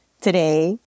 today